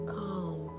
calm